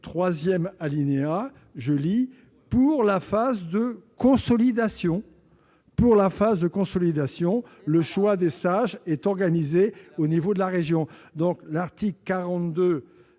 42, selon lequel « pour la phase de consolidation, le choix des stages est organisé au niveau de la région ».